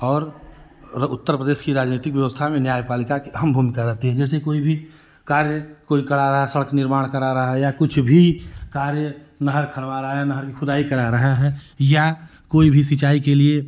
और मतलब उत्तरप्रदेश की राजनैतिक वेवस्था में न्याय पालिका की अहम भूमिका रहेती है जैसे कोई भी कार्य कोई करा रहा सड़क निर्माण करा रहा या कुछ भी कार्य नहर खनवा रहा है नहर की खुदाई करा रहा है या कोई भी सिंचाई के लिए